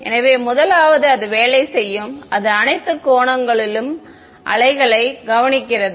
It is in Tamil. எனவே முதலாவது அது வேலை செய்யும் அது அனைத்து கோணங்களும் அலைகளை கவனிக்கிறது